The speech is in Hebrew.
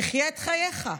תחיה את חייך.